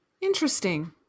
Interesting